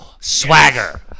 Swagger